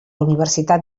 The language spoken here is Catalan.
universitat